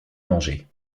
manger